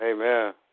Amen